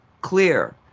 clear